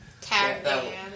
Tag